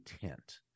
intent